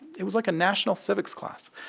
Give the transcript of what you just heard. it was like a national civics class.